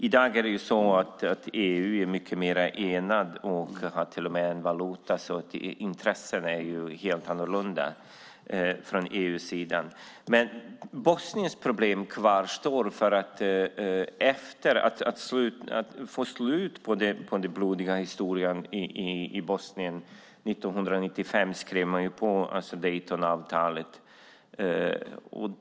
I dag är EU mycket mer enat och har till och med en valuta, så intressena är helt annorlunda från EU-sidan. Men Bosniens problem kvarstår. För att få slut på den blodiga historien i Bosnien skrev man 1995 på Daytonavtalet.